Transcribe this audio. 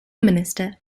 minister